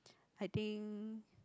I think